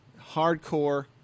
Hardcore